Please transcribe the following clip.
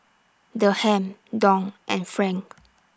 Dirham Dong and Franc